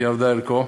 ירד ערכו.